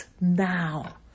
now